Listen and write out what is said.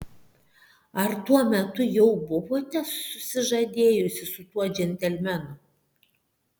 ar tuo metu jau buvote susižadėjusi su tuo džentelmenu